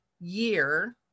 year